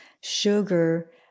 Sugar